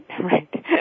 Right